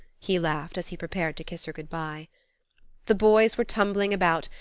he laughed, as he prepared to kiss her good-by. the boys were tumbling about,